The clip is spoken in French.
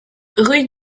rue